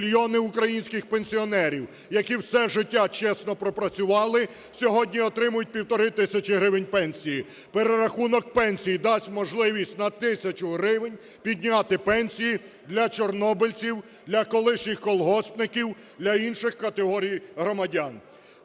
мільйонів українських пенсіонерів, які все життя чесно пропрацювали, сьогодні отримують півтори тисячі гривень пенсії. Перерахунок пенсії дасть можливість на тисячу гривень підняти пенсії для чорнобильців, для колишніх колгоспників, для інших категорій громадян.